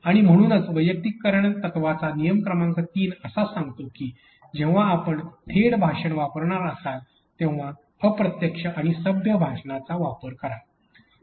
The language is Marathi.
आणि म्हणूनच वैयक्तिकरण तत्त्वाचा नियम क्रमांक 3 असे सांगतो की जेव्हा आपण थेट भाषण वापरणार असाल तेव्हा अप्रत्यक्ष आणि सभ्य भाषणांचा वापर करावा